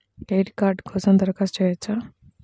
Credit card కోసం దరఖాస్తు చేయవచ్చా?